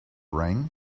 rain